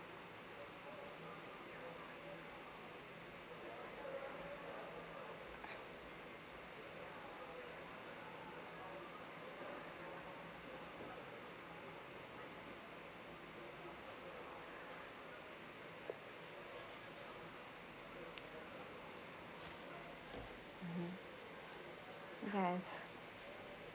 mmhmm yes